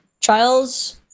trials